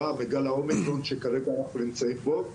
מאוד בגל האומיקרון שכרגע אנחנו נמצאים בו.